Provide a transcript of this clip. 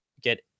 get